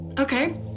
Okay